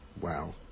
Wow